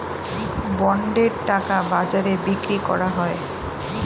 বন্ডের টাকা বাজারে বিক্রি করা হয়